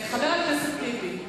חבר הכנסת טיבי,